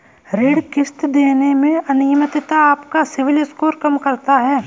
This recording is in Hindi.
ऋण किश्त देने में अनियमितता आपका सिबिल स्कोर कम करता है